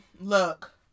look